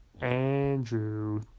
Andrew